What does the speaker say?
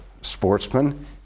sportsman